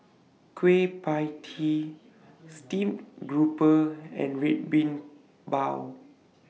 Kueh PIE Tee Steamed Grouper and Red Bean Bao